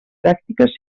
pràctiques